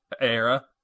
Era